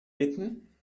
bitten